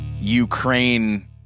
Ukraine